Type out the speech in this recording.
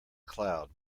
cloud